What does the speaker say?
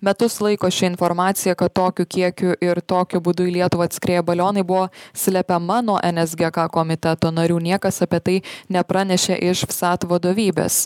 metus laiko ši informacija kad tokiu kiekiu ir tokiu būdu į lietuvą atskrieja balionai buvo slepiama nuo nsgk komiteto narių niekas apie tai nepranešė iš vsat vadovybės